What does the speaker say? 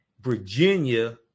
Virginia